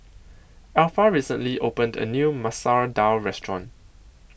Alpha recently opened A New Masoor Dal Restaurant